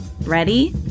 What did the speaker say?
Ready